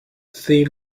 thin